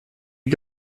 had